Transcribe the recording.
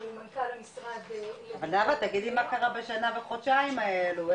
עומד מנכ"ל המשרד --- אבל נאווה תגידי מה קרה בשנה וחודשיים האלו.